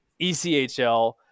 ECHL